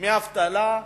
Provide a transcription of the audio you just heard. דמי אבטלה.